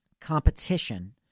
competition